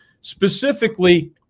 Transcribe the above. Specifically